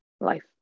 life